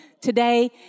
Today